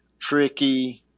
tricky